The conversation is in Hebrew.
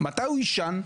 מתי הוא יישן?